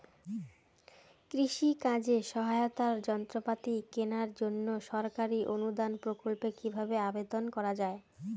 কৃষি কাজে সহায়তার যন্ত্রপাতি কেনার জন্য সরকারি অনুদান প্রকল্পে কীভাবে আবেদন করা য়ায়?